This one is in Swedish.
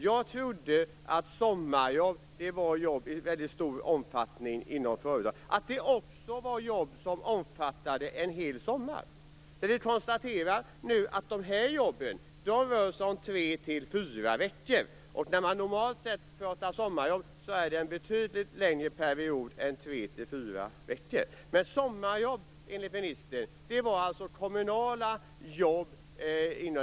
Jag trodde att sommarjobb i stor omfattning var jobb inom företag. Jag trodde att det också var jobb som omfattade en hel sommar. Jag konstaterar nu att de här jobben rör sig om 3-4 veckor. När man normalt pratar sommarjobb är det en betydligt längre period än 3-4 veckor. Men sommarjobb enligt ministern var alltså kommunala jobb.